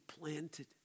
planted